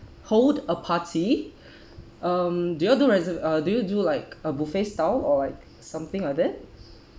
hold a party um do you all do reser~ uh do you do like a buffet style or like something like that